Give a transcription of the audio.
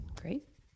Great